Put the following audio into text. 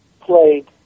played